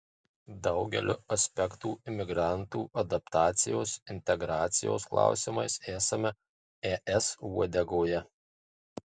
daugeliu aspektų imigrantų adaptacijos integracijos klausimais esame es uodegoje